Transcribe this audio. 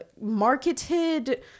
marketed